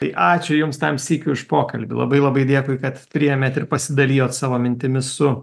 tai ačiū jums tam sykiui už pokalbį labai labai dėkui kad priėmėt ir pasidalijot savo mintimis su